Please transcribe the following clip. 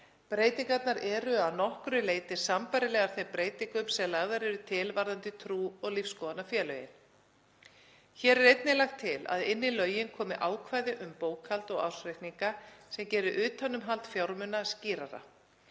Breytingarnar eru að nokkru leyti sambærilegar þeim breytingum sem lagðar eru til varðandi trú- og lífsskoðunarfélögin. Hér er einnig lagt til að inn í lögin komi ákvæði um bókhald og ársreikninga sem gerir utanumhald fjármuna skýrara.